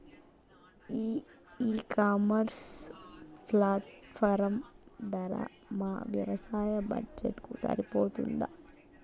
ఈ e commerce platform ధర మా వ్యవసాయ బడ్జెట్ కు సరిపోతుందా?